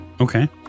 Okay